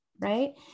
Right